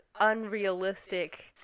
unrealistic